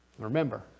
Remember